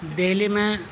دہلی میں